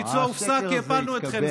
הביצוע הופסק כי הפלנו אתכם,